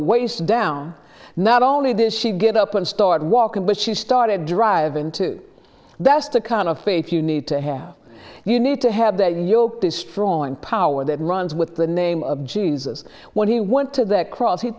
waist down not only did she get up and start walking but she started driving too that's the kind of faith you need to have you need to have the yoke is strong power that runs with the name of jesus when he went to the cross he